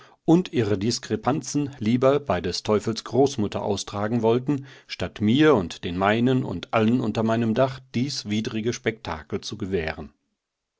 und ihre diskrepanzen lieber bei des teufels großmutter austragen wollten statt mir und den meinen und allen unter meinem dach dies widrige spektakel zu gewähren